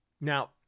now